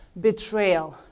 betrayal